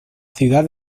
ciudad